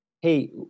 hey